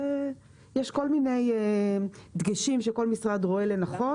ויש כל מיני דגשים שכל משרד רואה לנכון.